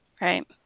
Right